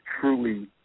truly